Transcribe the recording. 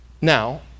Now